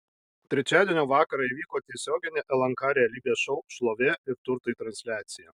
trečiadienio vakarą įvyko tiesioginė lnk realybės šou šlovė ir turtai transliacija